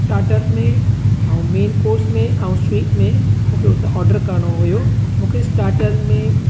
stutter में ऐं main course में ऐं स्वीट में मूंखे हुतां ऑडर करिणो हुओ मूंखे स्टाटर में